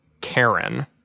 Karen